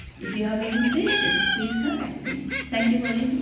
if you have any questions, please contact me. thank you for